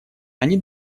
они